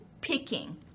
picking